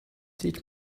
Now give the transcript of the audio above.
teach